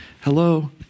hello